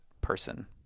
person